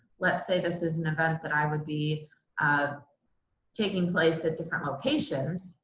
let's say this is an event that i would be um taking place at different locations,